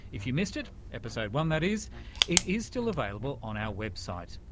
if you missed it episode one, that is it is still available on our website.